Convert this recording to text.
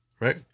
right